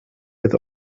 with